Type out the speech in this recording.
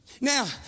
Now